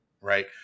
right